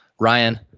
Ryan